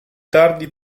tardi